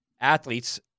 athletes